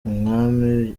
umwami